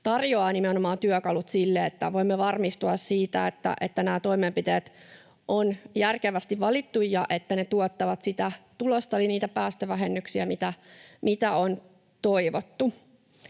tarjoaa nimenomaan työkalut siihen, että voimme varmistua siitä, että nämä toimenpiteet on järkevästi valittu ja että ne tuottavat sitä tulosta, eli niitä päästövähennyksiä, mitä on toivottu.